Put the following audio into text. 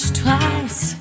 twice